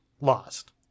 lost